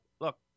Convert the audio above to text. Look